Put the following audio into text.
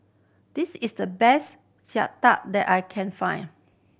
this is the best that I can find